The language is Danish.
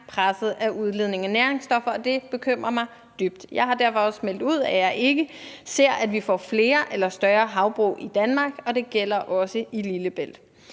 presset af udledning af næringsstoffer, og det bekymrer mig dybt. Jeg har derfor også meldt ud, at jeg ikke ser, at vi får flere eller større havbrug i Danmark, så det gælder også Lillebælt.